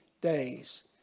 days